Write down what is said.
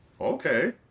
okay